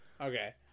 Okay